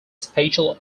special